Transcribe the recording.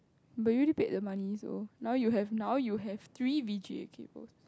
but you already paid the money so now you have now you have three V_G_A cable